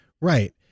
right